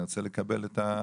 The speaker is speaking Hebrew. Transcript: אני רוצה לקבל את זה.